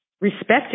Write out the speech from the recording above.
respected